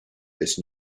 this